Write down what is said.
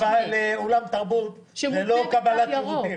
כניסה לאולם תרבות זה לא קבלת שירותים.